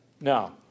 Now